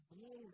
glory